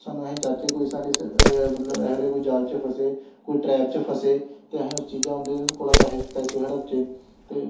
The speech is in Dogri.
साह्नू अस चाह्चै कोई साढ़े मतलब एहो जेह् कोई जाल च फसे कोई ट्रैप च फसे ते अस उस चीजा उं'दे कोला पैसे पैसे हड़पचै ते